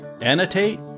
annotate